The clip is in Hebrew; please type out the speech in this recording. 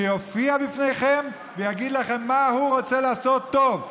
שיופיע בפניכם ויגיד לכם מה הוא רוצה לעשות טוב,